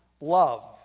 love